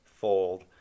fold